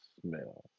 smell